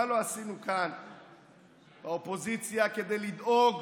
מה לא עשינו כאן באופוזיציה כדי לדאוג